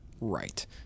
Right